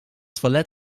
toilet